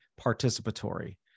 participatory